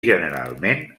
generalment